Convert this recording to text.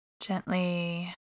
Gently